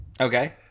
Okay